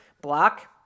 block